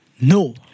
No